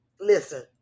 Listen